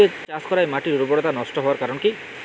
তুতে চাষ করাই মাটির উর্বরতা নষ্ট হওয়ার কারণ কি?